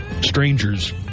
strangers